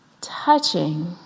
touching